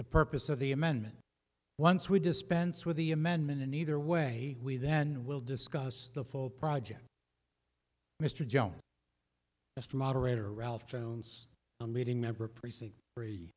the purpose of the amendment once we dispense with the amendment in either way we then will discuss the full project mr jones mr moderator ralph jones on meeting member precinct three